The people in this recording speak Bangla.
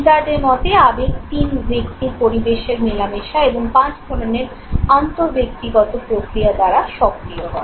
ইজার্ডের মতে আবেগ তিন ব্যক্তির পরিবেশের মেলামেশা এবং পাঁচ ধরনের আন্ত ব্যক্তিগত প্রক্রিয়া দ্বারা সক্রিয় হয়